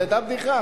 זאת היתה בדיחה.